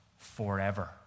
forever